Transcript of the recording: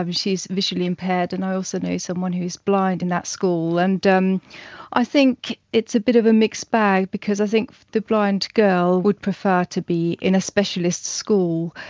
um she's visually impaired and i also know someone who's blind in that school. and um i think it's a bit of a mixed bag because i think the blind girl would prefer to be in a specialist school,